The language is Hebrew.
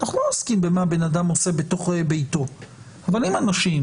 אנחנו לא עוסקים במה בן-אדם עושה בתוך ביתו אבל אם אנשים